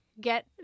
get